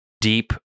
deep